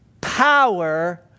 power